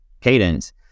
cadence